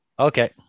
Okay